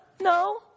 no